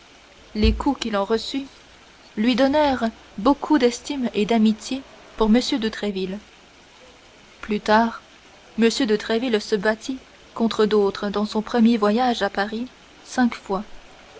les coups qu'il en reçut lui donnèrent beaucoup d'estime et d'amitié pour m de tréville plus tard m de tréville se battit contre d'autres dans son premier voyage à paris cinq fois